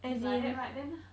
if like that right then